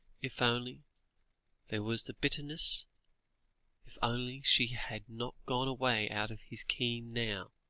if only there was the bitterness if only she had not gone away out of his ken now,